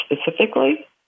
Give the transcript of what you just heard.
specifically